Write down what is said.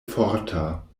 forta